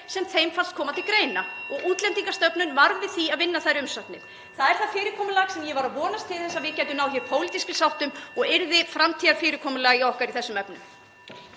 sem henni fannst koma til greina og Útlendingastofnun varð við því að vinna þær umsagnir. Það er það fyrirkomulag sem ég var að vonast til þess að við gætum náð pólitískri sátt um og yrði framtíðarfyrirkomulag okkar í þessum efnum.